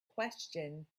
question